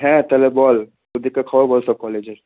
হ্যাঁ তালে বল ওদিককার খবর বল সব কলেজের